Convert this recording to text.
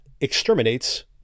exterminates